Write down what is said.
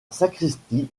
sacristie